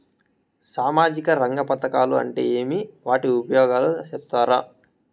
సామాజిక రంగ పథకాలు అంటే ఏమి? వాటి ఉపయోగాలు సెప్తారా?